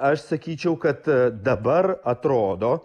aš sakyčiau kad dabar atrodo